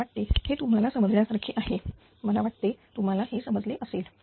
मला वाटते हे तुम्हाला समजण्यासारखे आहे मला वाटते तुम्हाला हे समजले असेल